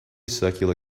circular